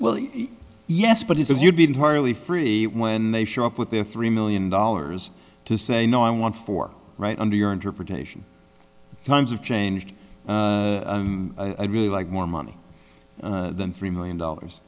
well yes but he says you'd be entirely free when they show up with their three million dollars to say no i want for right under your interpretation times have changed i'd really like more money than three million dollars